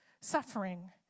suffering